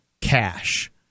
cash